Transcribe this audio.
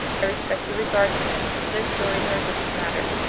i respect your regard for them but their stories are a different matter.